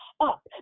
up